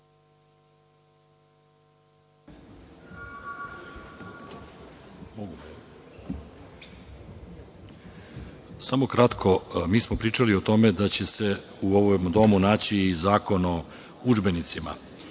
Samo kratko. Mi smo pričali o tome da će se u ovom domu naći i zakon o udžbenicima